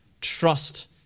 trust